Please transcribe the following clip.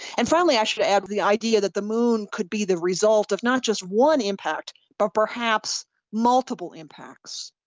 and finally i should add the idea that the moon could be the result of not just one impact but perhaps multiple impacts,